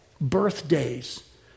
birthdays